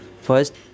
first